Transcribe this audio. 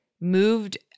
moved